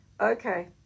Okay